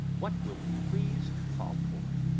what will we please to call for?